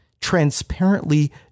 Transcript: transparently